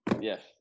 Yes